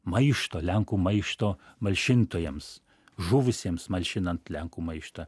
maišto lenkų maišto malšintojams žuvusiems malšinant lenkų maištą